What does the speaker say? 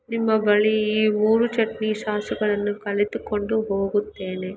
ನಿಮ್ಮ ಬಳಿ ಈ ಮೂರು ಚಟ್ನಿ ಸಾಸುಗಳನ್ನು ಕಲಿತುಕೊಂಡು ಹೋಗುತ್ತೇನೆ